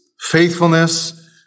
faithfulness